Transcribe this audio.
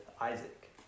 Isaac